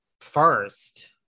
First